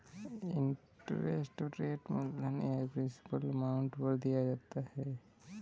interest rate मूलधन या principal amount पर दिया जाता है